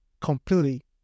Completely